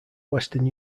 western